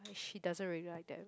she doesn't really like them